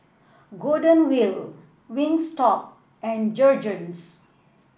Golden Wheel Wingstop and Jergens